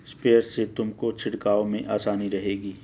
sprayer से तुमको छिड़काव में आसानी रहेगी